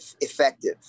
effective